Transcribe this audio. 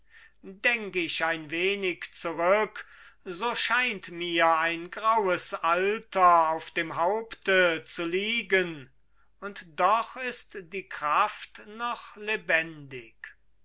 denk ich ein wenig zurück so scheint mir ein graues alter auf dem haupte zu liegen und doch ist die kraft noch lebendig